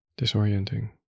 disorienting